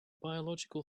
biological